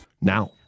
now